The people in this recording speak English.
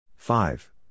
Five